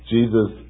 Jesus